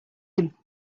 him